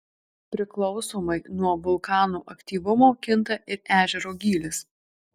priklausomai nuo vulkano aktyvumo kinta ir ežero gylis